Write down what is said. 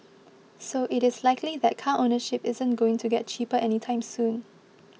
so it is likely that car ownership isn't going to get cheaper anytime soon